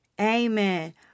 Amen